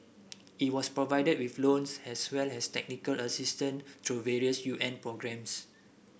it was provided with loans as well as technical assistance through various U N programmes